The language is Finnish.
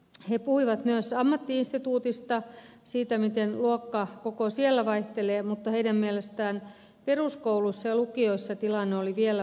he puhuivat myös ammatti instituuteista siitä miten luokkakoko siellä vaihtelee mutta heidän mielestään peruskouluissa ja lukioissa tilanne oli vielä vaikeampi